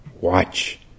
watch